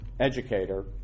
educator